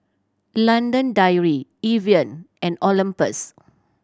London Dairy Evian and Olympus